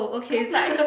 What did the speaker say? cause like